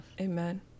Amen